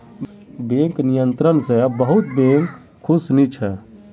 bank नियंत्रण स बहुत बैंक खुश नी छ